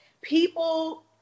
people